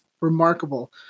remarkable